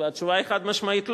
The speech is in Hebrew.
והתשובה היא חד-משמעית לא.